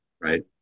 right